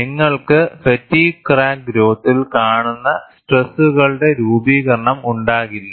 നിങ്ങൾക്ക് fatigues crack ഗ്രോത്തിൽ കാണുന്ന സ്ട്രൈക്കുകളുടെ രൂപീകരണം ഉണ്ടാകില്ല